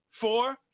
four